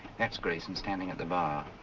that's grayson standing at the bar,